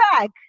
back